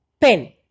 pen